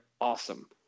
awesome